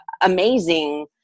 amazing